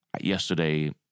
yesterday